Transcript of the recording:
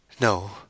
no